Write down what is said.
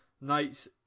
nights